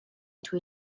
into